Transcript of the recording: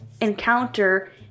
encounter